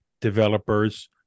developers